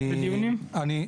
אני,